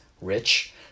rich